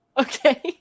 okay